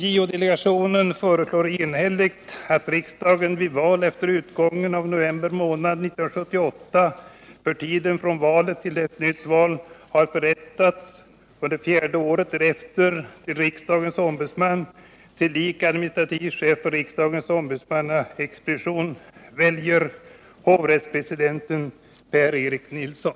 JO-delegationen föreslår enhälligt att riksdagen vid val efter utgången av november månad 1978 för tiden från valet till dess nytt val har förrättats under fjärde året därefter till riksdagens ombudsman, tillika administrativ chef för riksdagens ombudsmannaexpedition, väljer hovrättspresidenten Per-Erik Nilsson.